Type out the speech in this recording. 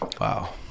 Wow